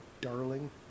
darling